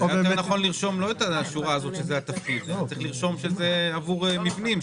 יותר נכון לרשום לא את השורה הזאת שזה התפקיד אלא לרשום שזה עבור מבנים,